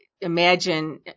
imagine